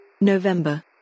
november